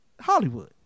Hollywood